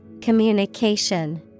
Communication